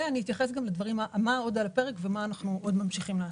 אני אתייחס למה שעוד על הפרק ומה אנחנו ממשיכים עוד לעשות.